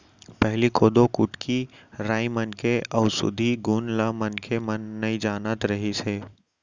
पहिली कोदो, कुटकी, राई मन के अउसधी गुन ल मनखे मन नइ जानत रिहिस हे